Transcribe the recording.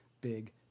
big